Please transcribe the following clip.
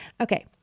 Okay